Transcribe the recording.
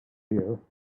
here